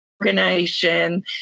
organization